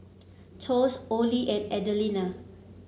Thos Orley and Adelina